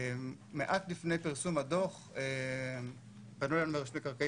מעט לפני פרסום הדוח פנו אלינו מרשות מקרקעי